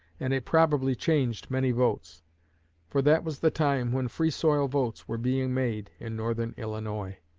and it probably changed many votes for that was the time when free-soil votes were being made in northern illinois.